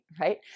right